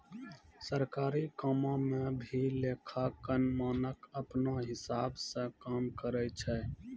सरकारी कामो म भी लेखांकन मानक अपनौ हिसाब स काम करय छै